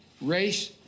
race